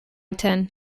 tien